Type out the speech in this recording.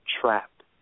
trapped